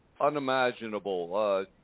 unimaginable